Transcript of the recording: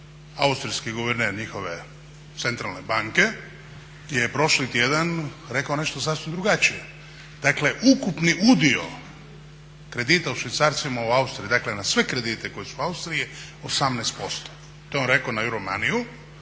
austrijski guverner njihove centralne banke je prošli tjedan rekao nešto sasvim drugačije. Dakle ukupni udio kredita u švicarcima u Austriji, dakle na sve kredite koji su u Austriji je 18%. To je on rekao na Juromaniju